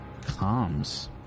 Comms